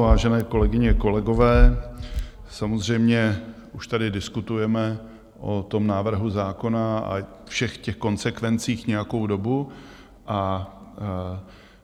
Vážené kolegyně a kolegové, samozřejmě už tady diskutujeme o tom návrhu zákona a všech těch konsekvencích nějakou dobu a